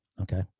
Okay